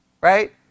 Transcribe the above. right